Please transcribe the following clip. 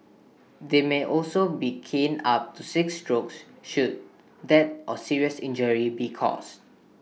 they may also be caned up to six strokes should death or serious injury be caused